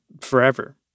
forever